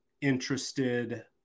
interested